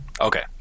Okay